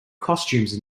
costumes